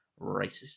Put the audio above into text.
racist